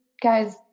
guys